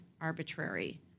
arbitrary